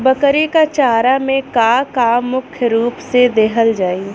बकरी क चारा में का का मुख्य रूप से देहल जाई?